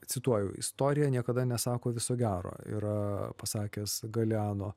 cituoju istorija niekada nesako viso gero yra pasakęs galeano